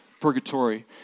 purgatory